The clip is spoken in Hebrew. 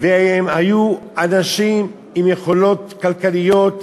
הם היו אנשים עם יכולות כלכליות,